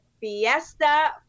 fiesta